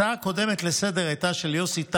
ההצעה הקודמת לסדר-היום הייתה של יוסי טייב.